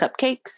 cupcakes